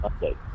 update